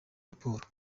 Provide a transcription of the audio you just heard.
raporo